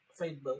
Facebook